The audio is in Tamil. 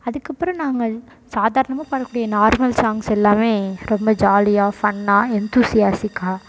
அதுக்கப்புறம் நாங்கள் சாதாரணமாக பாடக்கூடிய நார்மல் சாங்ஸ் எல்லாமே ரொம்ப ஜாலியாக ஃபன்னாக என்த்யூஸியாசிக்காக